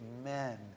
Amen